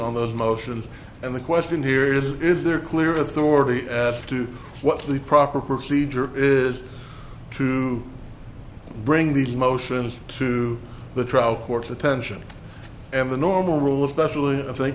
on those motions and the question here is is there clear authority as to what the proper procedure is to bring these motions to the trial court's attention and the normal rule of specially i think